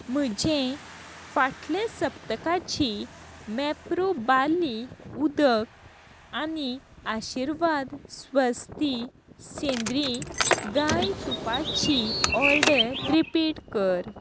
म्हजें फाटले सप्तकाची मॅप्रोबाली उदक आनी आशिर्वाद स्वस्ती सेंद्री गाय तुपाची ऑर्डर रिपीट कर